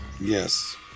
Yes